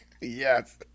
Yes